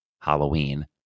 Halloween